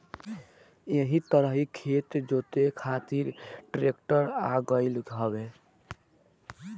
एही तरही खेत जोते खातिर ट्रेक्टर आ गईल हवे